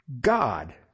God